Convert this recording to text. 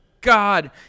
god